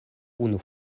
unu